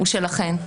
הוא שלכן.